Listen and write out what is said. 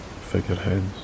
figureheads